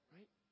Right